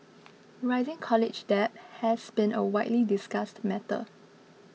rising college debt has been a widely discussed matter